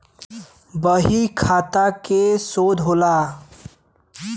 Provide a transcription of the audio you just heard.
बहीखाता के शोध होला